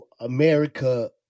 America